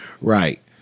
right